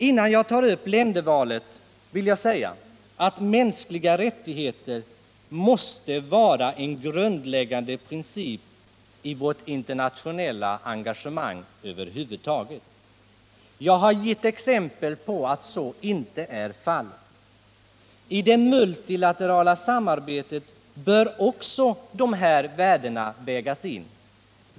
Innan jag tar upp frågan om ländervalet vill jag säga att mänskliga rättigheter måste vara en grundläggande princip i vårt internationella engagemang över huvud taget. Jag har gett exempel på att så inte är fallet. I det multilaterala samarbetet bör också dessa värden vägas in.